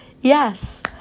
yes